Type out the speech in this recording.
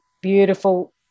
beautiful